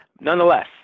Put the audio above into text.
Nonetheless